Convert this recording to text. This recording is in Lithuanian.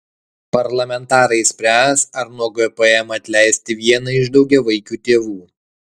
parlamentarai spręs ar nuo gpm atleisti vieną iš daugiavaikių tėvų